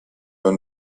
own